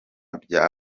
bya